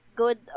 good